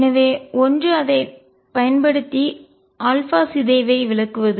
எனவே ஒன்று அதை பயன் படுத்தி சிதைவை விளக்குவது